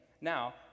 Now